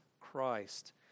Christ